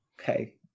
Okay